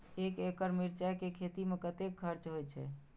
एक एकड़ मिरचाय के खेती में कतेक खर्च होय छै?